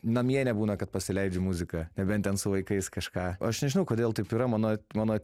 namie nebūna kad pasileidžiu muziką nebent ten su vaikais kažką aš nežinau kodėl taip yra mano mano